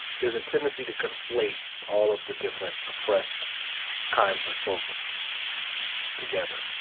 there's a tendency to conflate all of the different oppressed kinds of folks together.